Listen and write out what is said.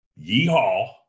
Yeehaw